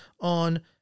on